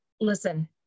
listen